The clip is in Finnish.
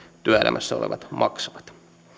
työelämässä olevat maksavat